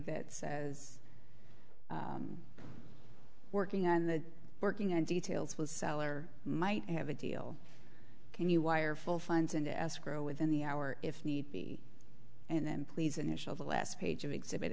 that says working on the working and details will sell or might have a deal can you wire full funds into escrow within the hour if need be and then please initial the last page of exhibit